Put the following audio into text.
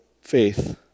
faith